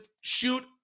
shoot